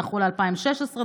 דחו ל-2016,